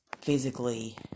physically